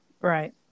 Right